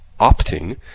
opting